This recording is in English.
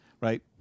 right